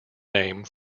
name